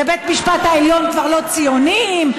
ובית המשפט העליון כבר לא ציונים,